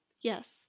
Yes